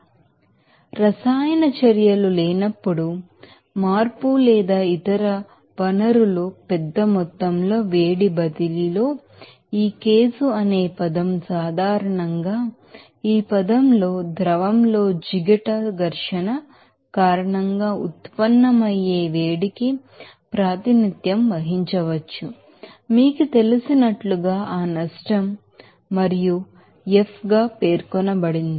కాబట్టి రసాయన చర్యలు లేనప్పుడు మార్పు లేదా ఇతర వనరులు పెద్ద మొత్తంలో వేడి బదిలీ లో ఈ కేసు అనే పదం సాధారణంగా ఈ పదంలో ఫ్లూయిడ్ లో విస్కోస్ ఫ్రిక్షన్ కారణంగా ఉత్పన్నమయ్యే వేడికి ప్రాతినిధ్యం వహించవచ్చు మీకు తెలిసినట్లుగా ఆ నష్టం మరియు F గా పేర్కొనబడింది